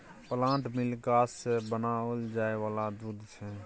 plant milk गाछ सँ बनाओल जाय वाला दूध छै